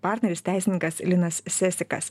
partneris teisininkas linas sesickas